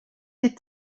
les